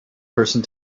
person